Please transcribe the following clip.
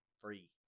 free